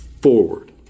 forward